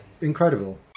incredible